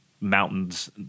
mountains